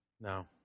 no